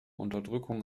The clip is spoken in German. unterdrückung